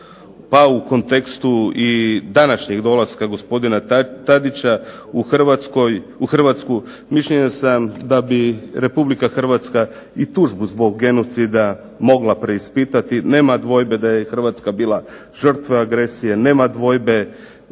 pa u kontekstu i današnjeg dolaska gospodina Tadića u Hrvatsku mišljenja sam da bi RH i tužbu zbog genocida mogla preispitati. Nema dvojbe da je Hrvatska bila žrtva agresije, nema dvojbe